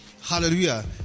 Hallelujah